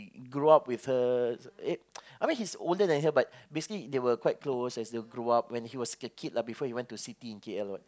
grew up with her eh I mean he's older than her but basically they were quite close as they grew up when he was a kid lah before he went to city in K_L what